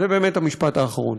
זה באמת המשפט האחרון.